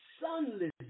sunlit